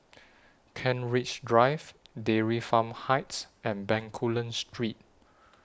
Kent Ridge Drive Dairy Farm Heights and Bencoolen Street